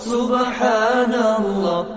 Subhanallah